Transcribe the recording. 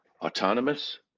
autonomous